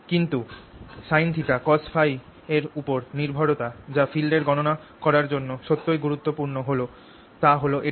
কিন্তু sinθcosՓ এর উপর নির্ভরতা যা ফিল্ড এর গণনা করার জন্য সত্যই গুরুত্বপূর্ণ হল তা হল এটা